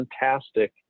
fantastic